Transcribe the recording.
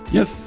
Yes